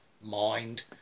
mind